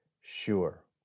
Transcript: sure